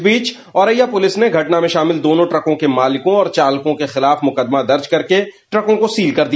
इस बीच औरैया पुलिस ने घटना में शामिल दोनों ट्रकों के मालिकों और चालकों के खिलाफ मुकदमा दर्ज कर ट्रकों को सील कर दिया